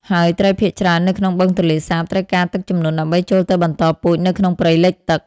ហើយត្រីភាគច្រើននៅក្នុងបឹងទន្លេសាបត្រូវការទឹកជំនន់ដើម្បីចូលទៅបន្តពូជនៅក្នុងព្រៃលិចទឹក។